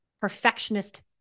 perfectionist